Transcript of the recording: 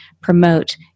promote